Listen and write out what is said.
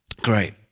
Great